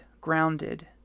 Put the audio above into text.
grounded